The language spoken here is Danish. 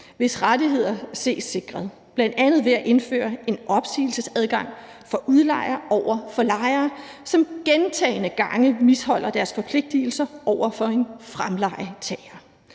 hvis rettigheder ses sikret, bl.a. ved at indføre en opsigelsesadgang for udlejere over for lejere, som gentagne gange misligholder deres forpligtigelser over for en fremlejetager,